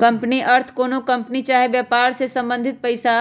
company अर्थ कोनो company चाही वेपार से संबंधित पइसा